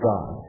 God